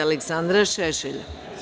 Aleksandra Šešelja.